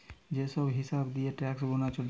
যে সব হিসাব দিয়ে ট্যাক্স গুনা চলছে